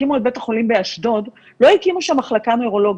כשהקימו את בית החולים באשדוד לא הקימו שם מחלקה נוירולוגים.